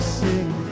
sing